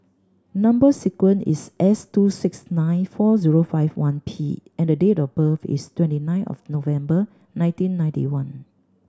number sequence is S two six nine four zero five one P and date of birth is twenty nine of November nineteen ninety one